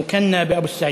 (אומר בשפה הערבית: המכונה אבו סעיד.)